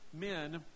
men